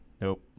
nope